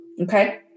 Okay